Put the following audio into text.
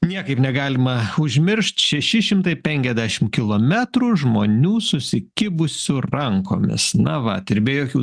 niekaip negalima užmiršt šeši šimtai penkiasdešimt kilometrų žmonių susikibusių rankomis na vat ir be jokių